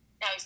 Now